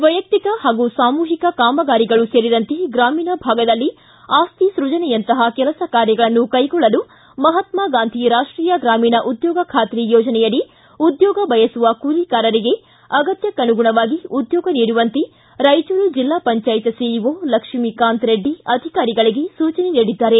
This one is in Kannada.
ವೈಯಕ್ತಿಕ ಹಾಗೂ ಸಾಮೂಹಿಕ ಕಾಮಗಾರಿಗಳು ಸೇರಿದಂತೆ ಗ್ರಾಮೀಣ ಭಾಗದಲ್ಲಿ ಆಸ್ತಿ ಸೃಜನೆಯಂತಹ ಕೆಲಸ ಕಾರ್ಯಗಳನ್ನು ಕೈಗೊಳ್ಳಲು ಮಹಾತ್ಮಾ ಗಾಂಧಿ ರಾಷ್ಟೀಯ ಗ್ರಾಮೀಣ ಉದ್ಯೋಗ ಖಾತ್ರಿ ಯೋಜನೆಯಡಿ ಉದ್ಯೋಗ ಬಯಸುವ ಕೂಲಿಕಾರರಿಗೆ ಅಗತ್ಯಕ್ಕನುಗುಣವಾಗಿ ಉದ್ಯೋಗ ನೀಡುವಂತೆ ರಾಯಚೂರು ಜಿಲ್ಲಾ ಪಂಚಾಯತ್ ಸಿಇಒ ಲಕ್ಷ್ಮೀಕಾಂತ್ ರೆಡ್ಡಿ ಅಧಿಕಾರಿಗಳಿಗೆ ಸೂಚನೆ ನೀಡಿದರು